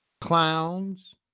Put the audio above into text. clowns